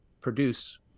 produce